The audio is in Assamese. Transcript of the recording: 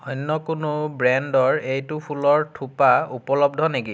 অন্য কোনো ব্ৰেণ্ডৰ এইটো ফুলৰ থোপা উপলব্ধ নেকি